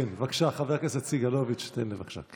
כן, חבר הכנסת סגלוביץ', תן לי, בבקשה.